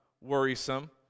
worrisome